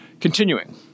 Continuing